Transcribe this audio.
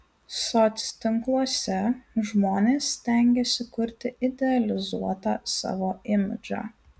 soctinkluose žmonės stengiasi kurti idealizuotą savo imidžą